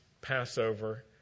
Passover